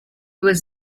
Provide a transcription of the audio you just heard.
was